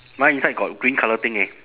mine inside got green colour thing eh